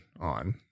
on